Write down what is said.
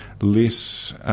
less